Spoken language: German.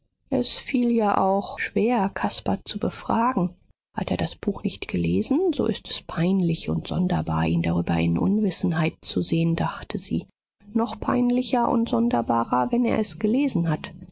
es fiel ja auch schwer caspar zu befragen hat er das buch nicht gelesen so ist es peinlich und sonderbar ihn darüber in unwissenheit zu sehen dachte sie noch peinlicher und sonderbarer wenn er es gelesen hat